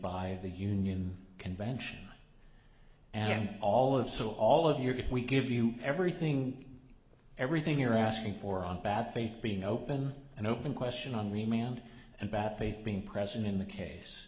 by the union convention and all of so all of your if we give you everything everything you're asking for on bad faith being open and open question on remand and bad faith being present in the case